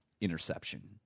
interception